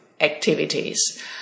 activities